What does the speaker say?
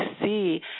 see